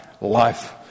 life